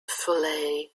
fillet